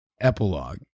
epilogue